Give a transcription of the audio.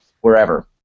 wherever